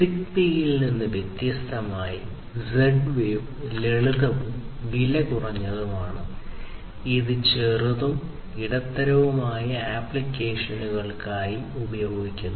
ZigBee ൽ നിന്ന് വ്യത്യസ്തമായി Z വേവ് ലളിതവും വിലകുറഞ്ഞതുമാണ് ഇത് ചെറുതും ഇടത്തരവുമായ ആപ്ലിക്കേഷനുകൾക്കായി ഉപയോഗിക്കുന്നു